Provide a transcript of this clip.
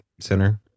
Center